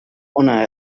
hona